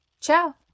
Ciao